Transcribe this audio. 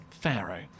Pharaoh